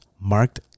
marked